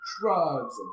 drugs